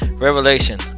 Revelation